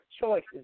choices